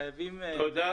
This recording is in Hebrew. חייבים --- תודה.